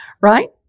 right